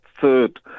third